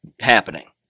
happening